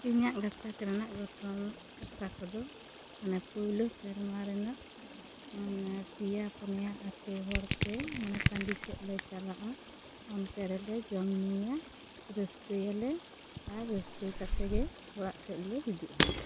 ᱤᱧᱟᱹᱜ ᱜᱟᱛᱟᱛ ᱨᱮᱱᱟᱜ ᱜᱷᱚᱴᱚᱱ ᱠᱟᱛᱷᱟ ᱠᱚ ᱫᱚ ᱚᱱᱟ ᱯᱩᱭᱞᱩ ᱥᱮᱨᱢᱟ ᱨᱮᱱᱟᱜ ᱢᱟᱱᱮ ᱯᱮᱭᱟ ᱯᱚᱱᱭᱟ ᱟᱛᱳ ᱦᱚᱲ ᱛᱮ ᱢᱚᱱᱮ ᱴᱟᱺᱰᱤ ᱥᱮᱫ ᱞᱮ ᱪᱟᱞᱟᱜᱼᱟ ᱚᱱᱛᱮ ᱨᱮᱞᱮ ᱡᱚᱢ ᱧᱩᱭᱟ ᱨᱟᱹᱥᱠᱟᱹᱭᱟᱞᱮ ᱟᱨ ᱨᱟᱹᱥᱠᱟᱹ ᱠᱟᱛᱮ ᱜᱮ ᱚᱲᱟᱜ ᱥᱮᱫ ᱞᱮ ᱦᱤᱡᱩᱜᱼᱟ